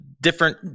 different